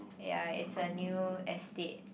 ya it's a new estate